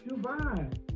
Dubai